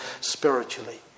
spiritually